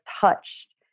touched